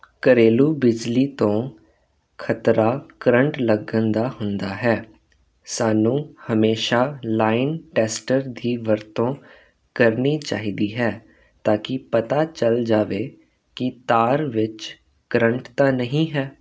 ਘਰੇਲੂ ਬਿਜਲੀ ਤੋਂ ਖਤਰਾ ਕਰੰਟ ਲੱਗਣ ਦਾ ਹੁੰਦਾ ਹੈ ਸਾਨੂੰ ਹਮੇਸ਼ਾ ਲਾਈਨ ਟੈਸਟ ਦੀ ਵਰਤੋਂ ਕਰਨੀ ਚਾਹੀਦੀ ਹੈ ਤਾਂ ਕਿ ਪਤਾ ਚਲ ਜਾਵੇ ਕਿ ਤਾਰ ਵਿੱਚ ਕਰੰਟ ਤਾਂ ਨਹੀਂ ਹੈ